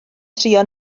trio